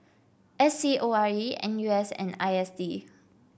S C O R E N U S and I S D